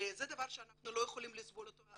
זה דבר שאנחנו לא יכולים לסבול אותו.